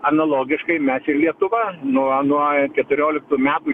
analogiškai mes ir lietuva nuo nuo keturioliktų metų